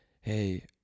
hey